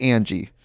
Angie